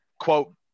quote